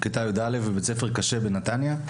כיתה י"א בבית ספר קשה בנתניה.